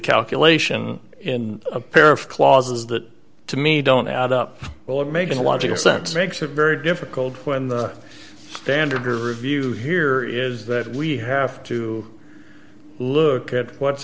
calculation in a pair of clauses that to me don't add up or making a logical sense makes it very difficult when the standard review here is that we have to look at what's